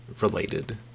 related